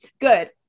good